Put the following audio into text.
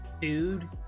dude